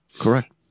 Correct